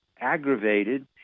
aggravated